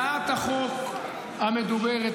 עכשיו אני מבקש להציג את הצעת החוק המדוברת,